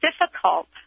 difficult